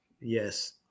Yes